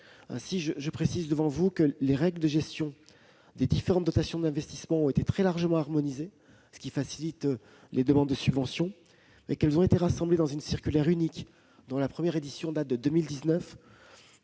Je précise devant vous que les règles de gestion des différentes dotations d'investissement ont été très largement harmonisées, ce qui facilite les demandes de subventions. Elles ont été rassemblées dans une circulaire unique, dont la première édition date de 2019,